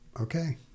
Okay